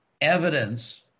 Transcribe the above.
evidence